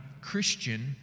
Christian